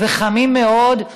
חמים מאוד.